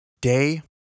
Day